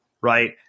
right